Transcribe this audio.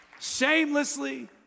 shamelessly